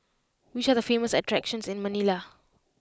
which are the famous attractions in Manila